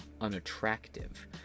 unattractive